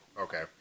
Okay